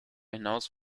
hinaus